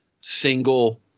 single